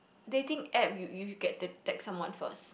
dating app you you get to text someone first